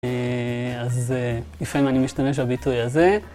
אז לפעמים אני משתמש בביטוי הזה.